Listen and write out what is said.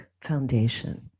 foundation